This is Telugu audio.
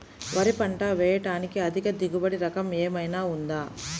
వరి పంట వేయటానికి అధిక దిగుబడి రకం ఏమయినా ఉందా?